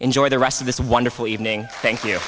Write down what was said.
enjoy the rest of this wonderful evening thank you